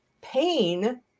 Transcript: pain